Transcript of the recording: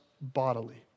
Bodily